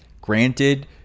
granted